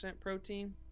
protein